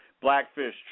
Blackfish